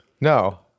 No